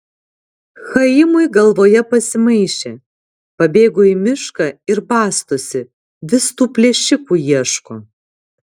chaimui galvoje pasimaišė pabėgo į mišką ir bastosi vis tų plėšikų ieško